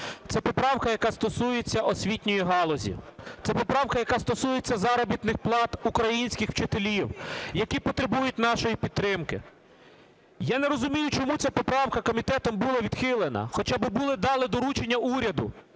Ця поправка, яка стосується освітньої галузі, ця поправка, яка стосується заробітних плат українських вчителів, які потребують нашої підтримки. Я не розумію, чому ця поправка комітетом була відхилена. Хоча би дали доручення уряду